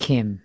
Kim